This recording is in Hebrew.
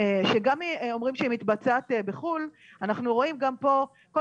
שגם אם אומרים שהיא מתבצעת בחו"ל אנחנו רואים גם פה כל